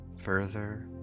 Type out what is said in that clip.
further